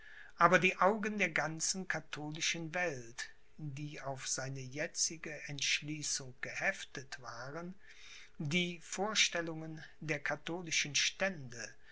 aber die augen der ganzen katholischen welt die auf seine jetzige entschließung geheftet waren die vorstellungen der katholischen stände